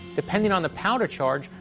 depending on the powder charge,